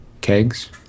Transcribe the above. kegs